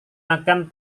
akan